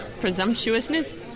presumptuousness